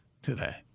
Today